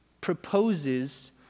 proposes